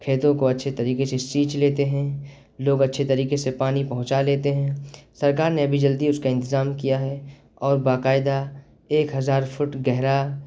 کھیتوں کو اچھے طریقے سے سیچ لیتے ہیں لوگ اچھے طریقے سے پانی پہنچا لیتے ہیں سرکار نے ابھی جلدی اس کا انتظام کیا ہے اور باقاعدہ ایک ہزار فٹ گہرا